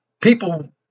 people